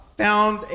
found